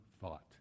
thought